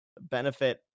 benefit